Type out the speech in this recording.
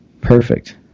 Perfect